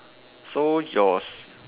so your